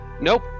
Nope